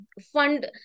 fund